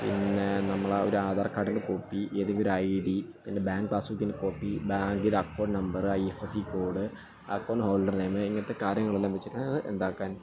പിന്നെ നമ്മള ഒരാധാർ കാർഡിൻ്റെ കോപ്പി ഏതെങ്കിലുെം ഒരു ഐ ഡി പിന്നെ ബാങ്ക് പാസ് ബുക്കിൻ്റെ കോപ്പി ബാങ്കിലക്കൗണ്ട് number I F S C code account holder name ഇങ്ങനത്തെ കാര്യങ്ങളെല്ലാം വച്ചിട്ടാണ് അത് ഉണ്ടാക്കാൻ